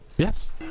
Yes